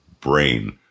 brain